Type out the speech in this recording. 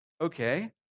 Okay